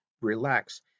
relax